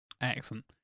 excellent